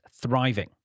thriving